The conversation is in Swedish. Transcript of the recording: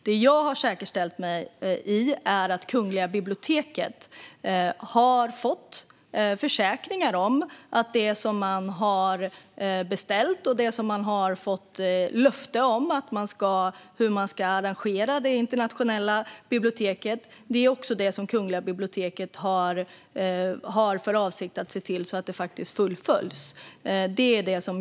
Det som jag har försäkrat mig om är att Kungliga biblioteket har fått försäkringar om och avser att se till att det man har beställt och fått löfte om när det gäller hur Internationella biblioteket ska arrangeras också fullföljs.